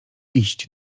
iść